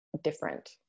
different